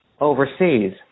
overseas